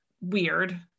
weird